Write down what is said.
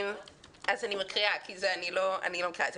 אני מקריאה כי אני לא מכירה את זה.